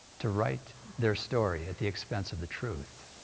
to write their story at the expense of the truth.